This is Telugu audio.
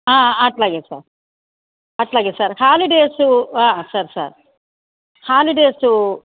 అట్లాగే సార్ అట్లాగే sir holidays sir sir holidays